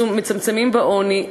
הם מצמצמים את העוני,